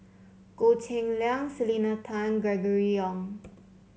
Goh Cheng Liang Selena Tan Gregory Yong